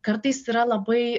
kartais yra labai